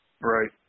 Right